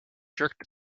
jerked